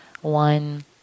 one